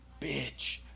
Bitch